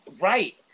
Right